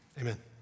Amen